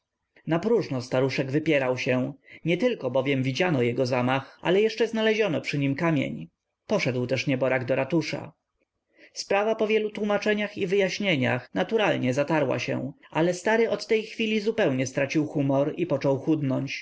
poprzednio napróżno staruszek wypierał się nietylko bowiem widziano jego zamach ale jeszcze znaleziono przy nim kamień poszedł też nieborak do ratusza sprawa po wielu tłómaczeniach i wyjaśnieniach naturalnie zatarła się ale stary od tej chwili zupełnie stracił humor i począł chudnąć